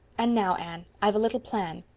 and now, anne, i've a little plan.